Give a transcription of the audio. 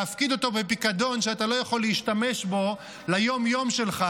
להפקיד אותו בפיקדון שאתה לא יכול להשתמש בו ליום-יום שלך.